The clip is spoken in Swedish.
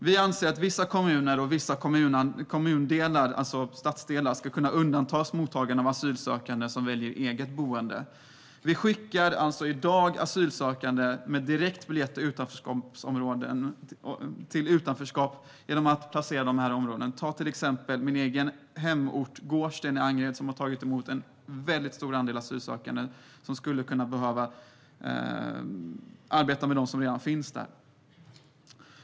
Vi anser att vissa kommuner, kommundelar och stadsdelar ska kunna undantas från mottagande av asylsökande som väljer eget boende. Vi skickar i dag asylsökande med direkt biljett till utanförskap genom att placera dem i sådana områden. Ett exempel är min egen hemort Gårdsten i Angered, som har tagit emot en väldigt stor andel asylsökande. Man skulle behöva arbeta med dem som redan finns där.